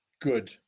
good